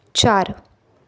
चार